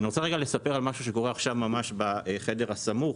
אני רוצה לספר על משהו שקורה ממש עכשיו בחדר הסמוך